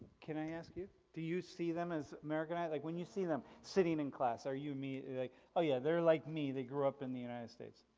can i ask you? do you see them as americanized. like when you see them sitting in class, are you immediately like oh yeah, they're like me, they grew up in the united states?